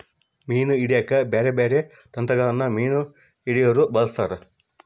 ಮೀನು ಹಿಡೆಕ ಬ್ಯಾರೆ ಬ್ಯಾರೆ ತಂತ್ರಗಳನ್ನ ಮೀನು ಹಿಡೊರು ಬಳಸ್ತಾರ